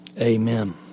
Amen